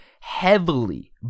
heavily